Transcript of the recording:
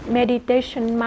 meditation